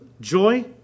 joy